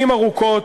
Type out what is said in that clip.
שנים ארוכות,